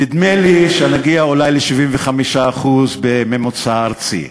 נדמה לי שנגיע אולי ל-75% בממוצע ארצי.